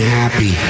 happy